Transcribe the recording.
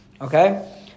Okay